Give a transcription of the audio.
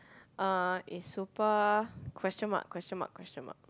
uh it's super question mark question mark question mark